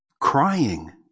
crying